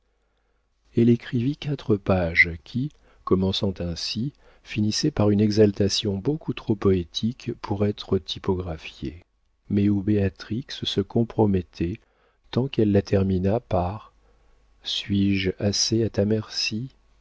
elle écrivit quatre pages qui commençant ainsi finissaient par une exaltation beaucoup trop poétique pour être typographiée mais où béatrix se compromettait tant qu'elle la termina par suis-je assez à ta merci